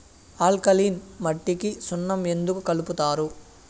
alkaline మట్టికి సున్నం ఎందుకు కలుపుతారు